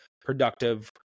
productive